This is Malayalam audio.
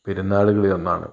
പെരുന്നാളുകളിലൊന്നാണ്